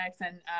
and-